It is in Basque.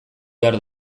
behar